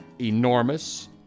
enormous